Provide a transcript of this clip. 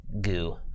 goo